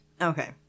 Okay